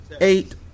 eight